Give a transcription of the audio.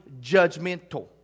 judgmental